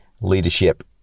Leadership